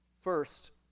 First